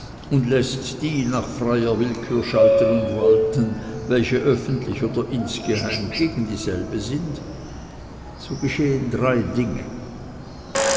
und läßt die nach freier willkür schalten und walten welche öffentlich oder insgeheim gegen dieselbe sind so geschehen drei dinge